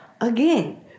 again